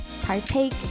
partake